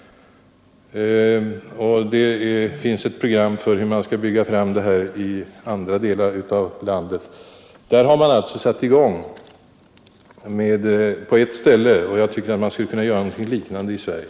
Det finns också ett program för hur man skall bygga upp sådana stationer i andra delar av landet. Där har man alltså börjat genom att sätta i gång på ett ställe, och jag tycker att vi kanske kunde göra på samma sätt i Sverige.